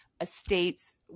estates